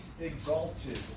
exalted